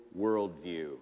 worldview